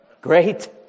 Great